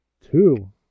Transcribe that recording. two